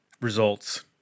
results